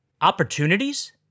Opportunities